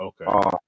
Okay